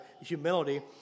humility